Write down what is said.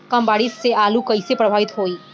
कम बारिस से आलू कइसे प्रभावित होयी?